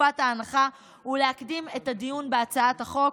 תקופת ההנחה ולהקדים את הדיון בהצעת החוק.